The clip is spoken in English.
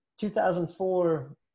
2004